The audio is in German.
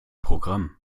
programm